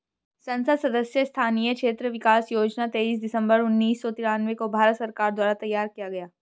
संसद सदस्य स्थानीय क्षेत्र विकास योजना तेईस दिसंबर उन्नीस सौ तिरान्बे को भारत सरकार द्वारा तैयार किया गया